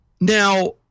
now